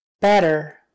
Better